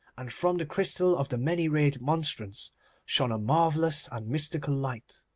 and from the crystal of the many-rayed monstrance shone a marvellous and mystical light.